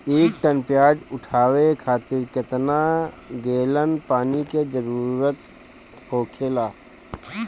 एक टन प्याज उठावे खातिर केतना गैलन पानी के जरूरत होखेला?